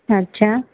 अच्छा